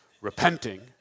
repenting